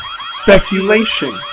Speculation